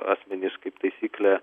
asmenis kaip taisyklė